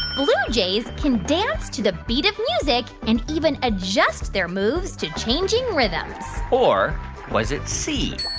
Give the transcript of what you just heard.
blue jays can dance to the beat of music and even adjust their moves to changing rhythms or was it c?